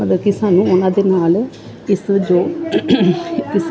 ਮਤਲਬ ਕਿ ਸਾਨੂੰ ਉਹਨਾਂ ਦੇ ਨਾਲ ਇਸ ਜੋ ਇਸ